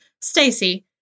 Stacy